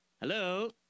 Hello